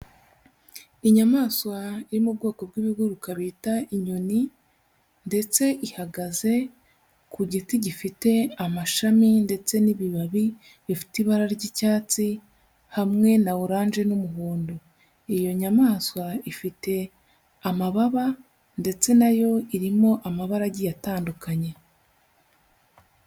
Inyamaswa yo mu bwoko bw'ibiguruka bita inyoni ndetse ihagaze ku giti gifite amashami ndetse n'ibibabi bifite ibara ry'icyatsi, hamwe na oranje n'umuhondo. Iyo nyamaswa ifite amababa ndetse nayo irimo amabara agiye atandukanye.